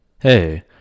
Hey